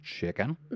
chicken